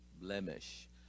blemish